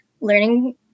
learning